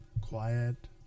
quiet